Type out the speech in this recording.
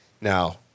Now